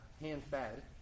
hand-fed